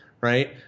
right